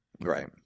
Right